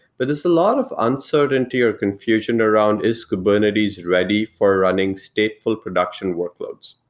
but there's a lot of uncertainty or confusion around is kubernetes ready for running stateful production workloads.